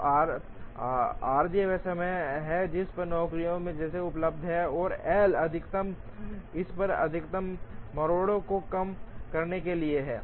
तो आरजे वह समय है जिस पर नौकरी जे है उपलब्ध है और एल अधिकतम इस पर अधिकतम मरोड़ को कम करने के लिए है